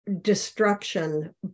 destruction